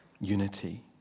unity